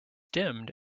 dimmed